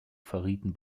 verrieten